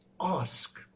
ask